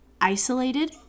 isolated